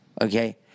Okay